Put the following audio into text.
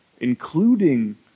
Including